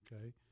okay